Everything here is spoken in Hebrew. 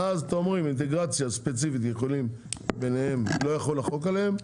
ואז אתם אומרים אינטגרציה ספציפית יכולים ביניהם לא יחול החוק עליהם,